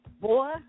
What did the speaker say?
boy